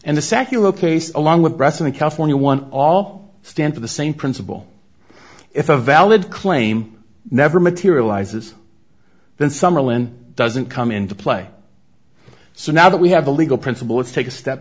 and the secular case along with precedent california one all stand for the same principle if a valid claim never materializes then summerland doesn't come into play so now that we have a legal principle let's take a step